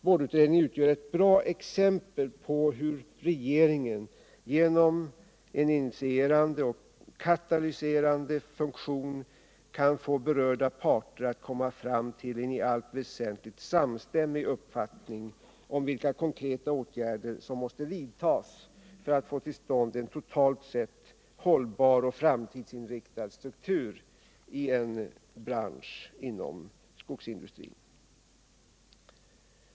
Boardutredningen utgör ett bra exempel på hur regeringen genom en initierande och katalyserande funktion kan få berörda parter att komma fram till en i allt väsentligt samstämmig uppfattning om vilka konkreta åtgärder som måste vidtas för att få till stånd en totalt sett hållbar och framtidsinriktad strukturien bransch inom skogsindustrin.